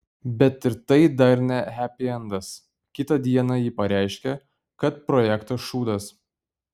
bet ir tai dar ne hepiendas kitą dieną ji pareiškė kad projektas šūdas